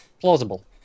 Plausible